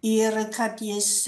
ir kad jis